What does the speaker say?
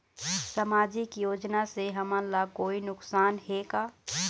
सामाजिक योजना से हमन ला कोई नुकसान हे का?